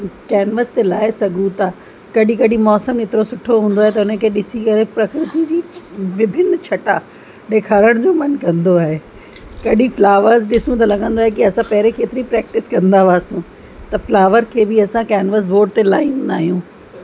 canvas ते लाइ सघूं था कॾहिं कॾहिं मौसम एतिरो सुठो हूंदो आहे त हुनखे ॾिसी करे प्रकृति जी विभिन्न छटा ॾेखारण जो मनु कंदो आहे कॾहिं फ्लॉवर्स ॾिसूं त लॻंदो आहे कि असां पहिरें केतिरी प्रैक्टिस कंदा हुआसि त फ्लॉवर्स खे बि असां कैनवस बोड ते लाईंदा आहियूं